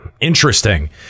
interesting